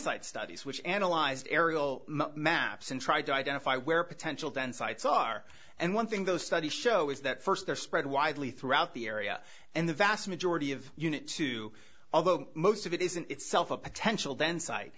site studies which analyzed aerial maps and tried to identify where potential downsides are and one thing those studies show is that first they're spread widely throughout the area and the vast majority of unit too although most of it isn't itself a potential then site